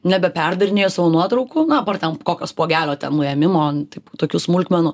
nebeperdarinėju savo nuotraukų na apart ten kokio spuogelio ten nuėmimo taip tokių smulkmenų